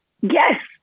Yes